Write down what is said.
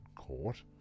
Court